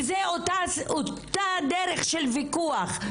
וזו אותה הדרך של ויכוח.